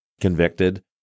convicted